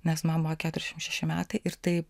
nes man buvo keturiasdešim šeši metai ir tai